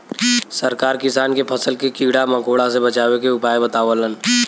सरकार किसान के फसल के कीड़ा मकोड़ा से बचावे के उपाय बतावलन